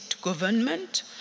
government